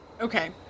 Okay